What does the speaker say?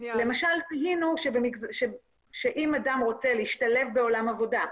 למשל זיהינו שאם אדם רוצה להשתלב בעולם העבודה,